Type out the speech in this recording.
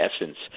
essence